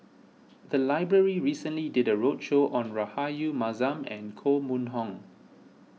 the library recently did a roadshow on Rahayu Mahzam and Koh Mun Hong